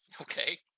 Okay